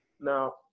Now